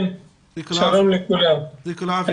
שלום לכולם.